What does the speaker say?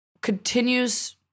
continues